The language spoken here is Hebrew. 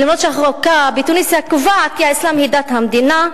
ואף-על-פי שהחוקה בתוניסיה קובעת כי האסלאם הוא דת המדינה,